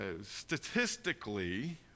statistically